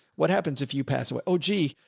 what happens if you pass away? oh, gee,